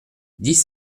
dix